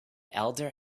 elder